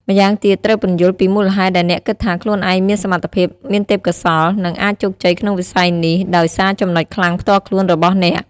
ម្យ៉ាងទៀត ត្រូវពន្យល់ពីមូលហេតុដែលអ្នកគិតថាខ្លួនឯងមានសមត្ថភាព មានទេពកោសល្យ និងអាចជោគជ័យក្នុងវិស័យនេះដោយសារចំណុចខ្លាំងផ្ទាល់ខ្លួនរបស់អ្នក។